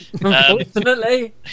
unfortunately